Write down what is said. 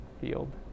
field